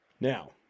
now